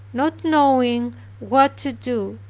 not knowing what to do,